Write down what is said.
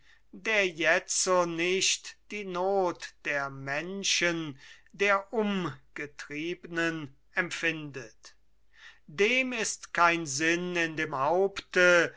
der jetzo nicht die not der menschen der umgetriebnen empfindet dem ist kein sinn in dem haupte